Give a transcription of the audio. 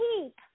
keep